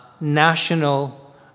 national